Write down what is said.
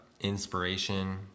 inspiration